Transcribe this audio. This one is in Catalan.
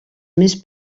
més